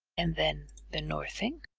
and then the northing